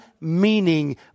meaning